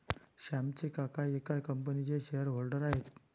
श्यामचे काका एका कंपनीचे शेअर होल्डर आहेत